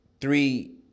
three